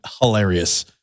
hilarious